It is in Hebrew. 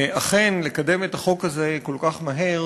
אכן, לקדם את החוק הזה כל כך מהר